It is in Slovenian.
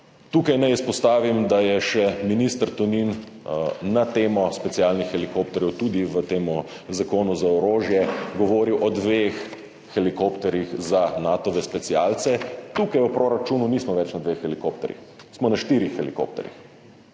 Tukaj naj izpostavim, da je še minister Tonin na temo specialnih helikopterjev tudi v tem zakonu za orožje govoril o dveh helikopterjih za Natove specialce. Tukaj v proračunu nismo več na dveh helikopterjih, smo na štirih helikopterjih.